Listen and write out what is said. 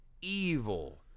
evil